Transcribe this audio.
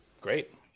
great